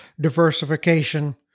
diversification